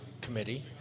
committee